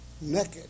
naked